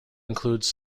includes